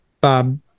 Bob